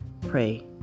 pray